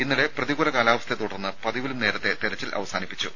ഇന്നലെ പ്രതികൂല കാലാവസ്ഥയെ തുടർന്ന് പതിവിലും നേരത്തെ തെരച്ചിൽ അവസാനിപ്പിച്ചു